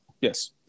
yes